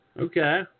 Okay